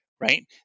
right